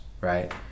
right